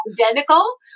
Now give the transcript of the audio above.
identical